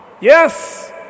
Yes